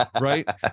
right